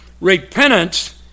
Repentance